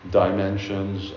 dimensions